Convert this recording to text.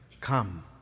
come